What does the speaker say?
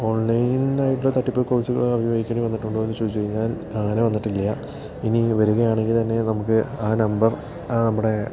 ഓൺലൈനിൽ നിന്നായിട്ടുള്ള തട്ടിപ്പ് അഭിമുഖീകരിക്കേണ്ടി വന്നിട്ടുണ്ടോന്ന് ചോദിച്ച് കഴിഞ്ഞാൽ അങ്ങനെ വന്നിട്ടില്ല ഇനി വരികയാണെങ്കിൽ തന്നെ നമുക്ക് ആ നമ്പർ നമ്മടെ